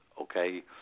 okay